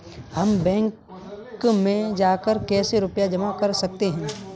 हम बैंक में जाकर कैसे रुपया जमा कर सकते हैं?